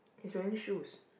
he's wearing shoes